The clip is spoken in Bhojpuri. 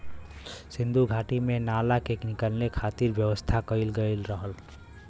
सिन्धु घाटी में नाला के निकले खातिर व्यवस्था करल गयल रहल